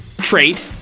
trait